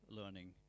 learning